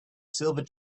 silver